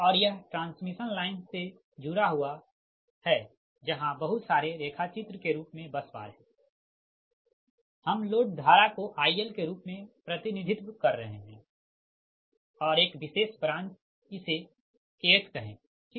और यह transmission lines से जुड़ा हुआ है जहाँ बहुत सारे रेखा चित्र के रूप में बस बार है हम लोड धारा को ILके रूप में प्रतिनिधित्व कर रहे है और एक विशेष ब्रांच इसे Kthकहें ठीक